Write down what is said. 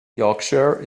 yorkshire